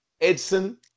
Edson